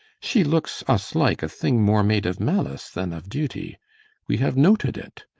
she looks us like a thing more made of malice than of duty we have noted it.